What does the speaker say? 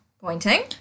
Pointing